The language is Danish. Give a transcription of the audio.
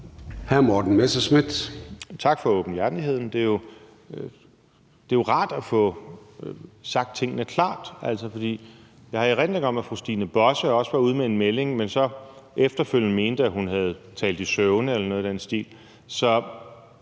Tak for en åbenhjertigheden. Det er jo rart at få sagt tingene klart. Jeg har erindring om, at fru Stine Bosse også var ude med en melding, men så efterfølgende mente, at hun havde talt i søvne eller noget i den stil.